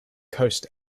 coast